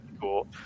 cool